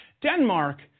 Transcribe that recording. Denmark